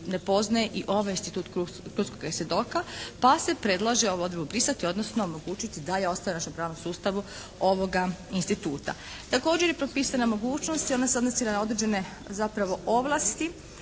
ne poznaje i ovaj institut krunskoga svjedoka pa se predlaže ovu odredbu brisati odnosno omogućiti …/Govornik se ne razumije./… našem pravnom sustavu ovoga instituta. Također je propisana mogućnost i ona se odnosi na određene zapravo